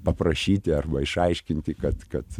paprašyti arba išaiškinti kad kad